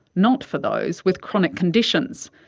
not for those with chronic conditions.